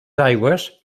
aigües